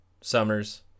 summers